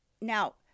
Now